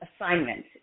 assignment